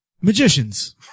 magicians